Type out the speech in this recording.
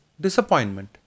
Disappointment